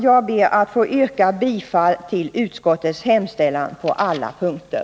Jag ber att få yrka bifall till utskottets hemställan på alla punkter.